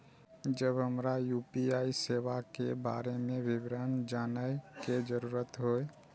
जब हमरा यू.पी.आई सेवा के बारे में विवरण जानय के जरुरत होय?